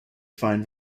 fine